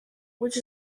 which